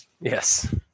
Yes